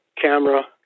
camera